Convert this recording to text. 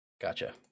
Gotcha